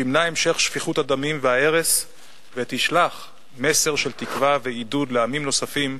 תמנע המשך שפיכות הדמים וההרס ותשלח מסר של תקווה ועידוד לעמים נוספים,